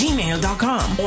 Gmail.com